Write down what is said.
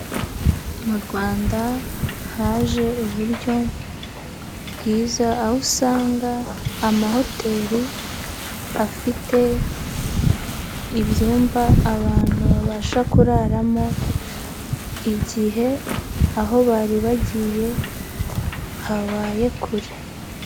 Mu Rwanda haje uburyo bwiza, aho usanga amahoteli afite ibyumba abantu babasha kuraramo igihe aho bari bagiye habaye kure.